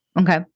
Okay